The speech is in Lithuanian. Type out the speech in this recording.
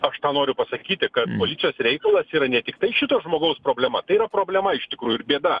aš tą noriu pasakyti kad policijos reikalas yra ne tiktai šito žmogaus problema tai yra problema iš tikrųjų ir bėda